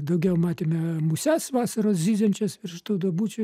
daugiau matėme muses vasaros zyziančias virš tų duobučių